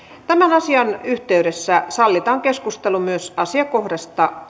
tämän asian yhteydessä sallitaan keskustelu myös asiakohdasta